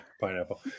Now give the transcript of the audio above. pineapple